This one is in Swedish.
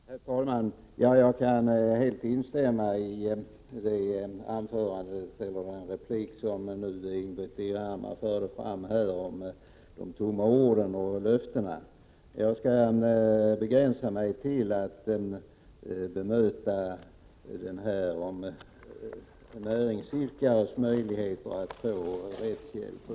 Herr talman! Jag kan helt instämma i Ingbritt Irhammars anförande i fråga om de tomma orden och löftena. Jag skall begränsa mig till att bemöta Ulla-Britt Åbark när det gäller näringsidkares möjligheter att få rättshjälp.